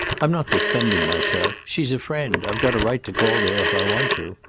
i'm not defending myself. she's a friend i've got a right to call there if i want to.